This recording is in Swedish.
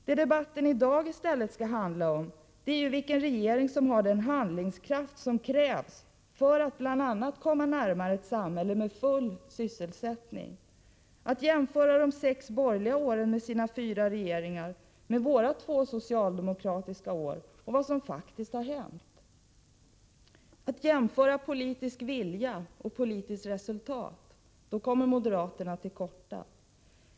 Vad debatten i dag i stället skall handla om är vilken regering som har den handlingskraft som krävs för att bl.a. komma närmare ett samhälle med full sysselsättning. Det är då viktigt att jämföra de sex borgerliga åren med sina fyra regeringar med våra två socialdemokratiska år och se vad som faktiskt har hänt, att jämföra politisk vilja och politiskt resultat. Då kommer moderaterna till korta.